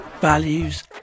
values